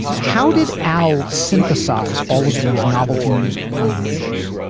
how did al synthesize all of these novelty music pioneers?